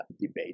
debate